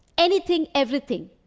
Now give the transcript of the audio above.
anything, everything.